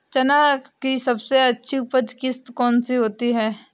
चना की सबसे अच्छी उपज किश्त कौन सी होती है?